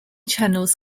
channels